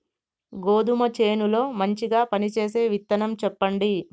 గోధుమ చేను లో మంచిగా పనిచేసే విత్తనం చెప్పండి?